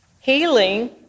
healing